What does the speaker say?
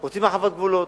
רוצים הרחבת גבולות.